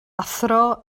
athro